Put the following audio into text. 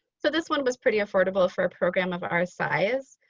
so this one was pretty affordable for a program of our size.